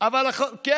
כלום ושום דבר.